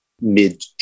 mid